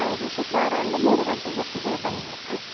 ಹೌದು ಶುಕ್ರವಾರ ಒಂದು ಮೂರು ಗಂಟೆ ಹೊತ್ತಿಗೆ ಬನ್ನಿ ಆಯಿತಾ